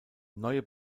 neue